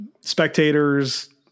spectators